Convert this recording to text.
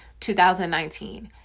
2019